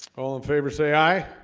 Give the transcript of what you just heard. all in favor say aye